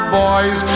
boys